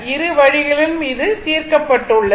இரு வழிகளிலும் இது தீர்க்கப்பட்டுள்ளது